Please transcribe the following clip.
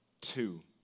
two